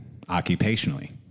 occupationally